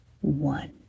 one